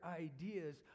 ideas